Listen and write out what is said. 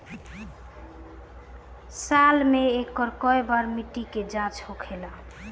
साल मे केए बार मिट्टी के जाँच होखेला?